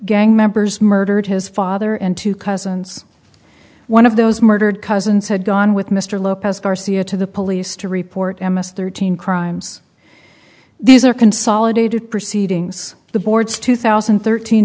gang members murdered his father and two cousins one of those murdered cousins had gone with mr lopez garcia to the police to report m s thirteen crimes these are consolidated proceedings the board's two thousand and thirteen